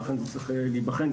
ואכן זה צריך להיבחן,